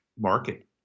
market